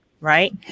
right